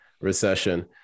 recession